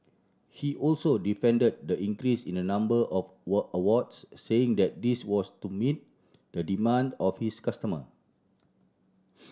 he also defend the increase in the number of awards saying that this was to meet the demand of his customer